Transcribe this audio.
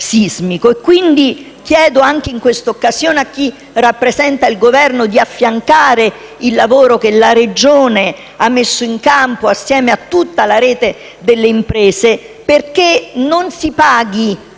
quindi anche in questa occasione a chi rappresenta il Governo di affiancare il lavoro che la Regione ha messo in campo assieme a tutta la rete delle imprese, perché non sia il